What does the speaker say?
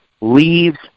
leaves